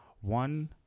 One